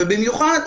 ובמיוחד,